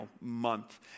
month